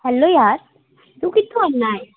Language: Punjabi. ਹੈਲੋ ਯਾਰ ਤੂੰ ਕਿੱਥੋਂ ਆਉਂਦਾ ਹੈ